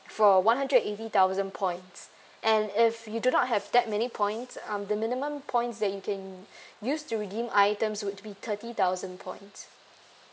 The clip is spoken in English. for one hundred and eighty thousand points and if you do not have that many points um the minimum points that you can use to redeem items would be thirty thousand points